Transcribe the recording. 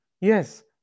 Yes